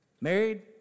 Married